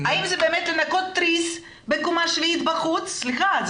האם זה לנקות תריס בקומה שביעית בחוץ וסליחה,